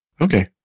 Okay